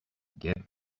get